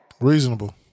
Reasonable